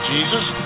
Jesus